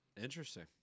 Interesting